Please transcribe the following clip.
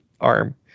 arm